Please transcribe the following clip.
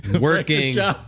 working